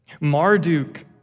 Marduk